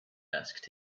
asked